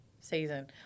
season